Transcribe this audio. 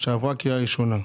שעברה קריאה ראשונה.